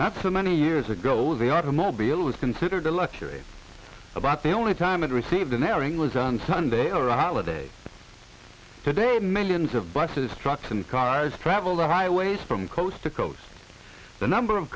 not so many years ago the automobile was considered a luxury about the only time it received an airing was a sunday or a holiday today millions of buses trucks and cars travel the highways from coast to coast the number of